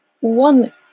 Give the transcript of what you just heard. one